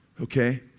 Okay